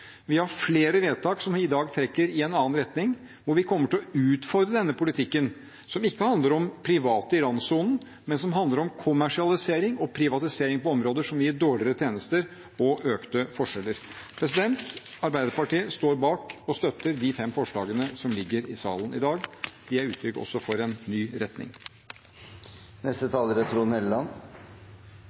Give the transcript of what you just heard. Vi har flere vedtak i dag som trekker i en annen retning, og vi kommer til å utfordre denne politikken som ikke handler om private i randsonen, men om kommersialisering og privatisering på områder som gir dårligere tjenester og økte forskjeller. Arbeiderpartiet står bak og støtter de fem forslagene som ligger i salen i dag. De er også uttrykk for en ny retning. Det jeg er